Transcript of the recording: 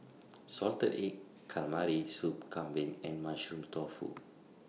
Salted Egg Calamari Soup Kambing and Mushroom Tofu